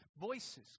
Voices